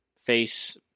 face